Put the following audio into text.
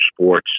sports